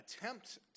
attempt